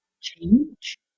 change